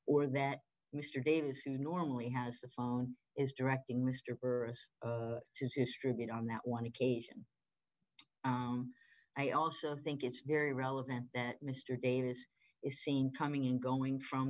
or that mr davis who normally has the phone is directing mr burris to his tribute on that one occasion i also think it's very relevant that mr davis is seen coming and going from